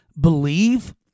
believe